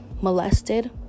molested